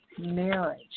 marriage